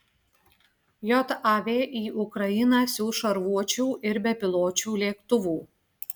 jav į ukrainą siųs šarvuočių ir bepiločių lėktuvų